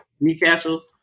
Newcastle